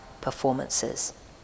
performances